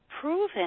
proven